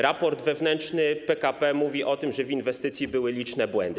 Raport wewnętrzny PKP mówi o tym, że w inwestycji były liczne błędy.